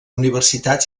universitat